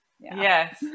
Yes